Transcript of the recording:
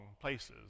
places